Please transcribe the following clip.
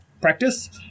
practice